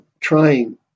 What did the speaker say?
trying